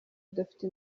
udafite